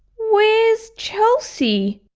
where's chelsea?